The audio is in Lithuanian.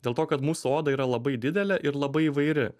dėl to kad mūsų oda yra labai didelė ir labai įvairi